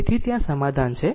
તેથી ત્યાં સમાધાન છે